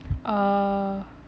oo